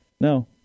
No